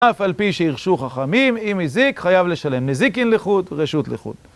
אף על פי שהרשו חכמים, אם הזיק, חייב לשלם. נזיקין לחוד, רשות לחוד.